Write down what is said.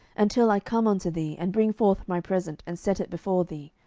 until i come unto thee, and bring forth my present, and set it before thee.